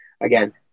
again